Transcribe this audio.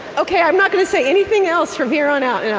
ok, i'm not gonna say anything else from here on out. yeah